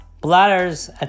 bladders